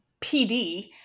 PD